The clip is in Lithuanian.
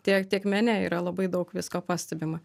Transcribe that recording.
tie tiek mene yra labai daug visko pastebima